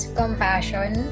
compassion